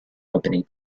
opening